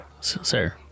sir